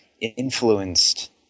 influenced